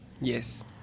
Yes